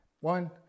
One